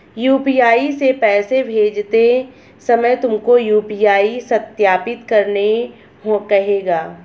UPI से पैसे भेजते समय तुमको यू.पी.आई सत्यापित करने कहेगा